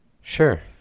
sure